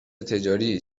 تجاری